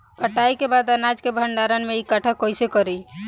कटाई के बाद अनाज के भंडारण में इकठ्ठा कइसे करी?